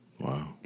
Wow